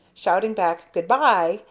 shouting back good-bye!